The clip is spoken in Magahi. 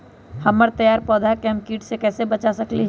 हमर तैयार पौधा के हम किट से कैसे बचा सकलि ह?